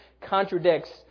contradicts